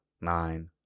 nine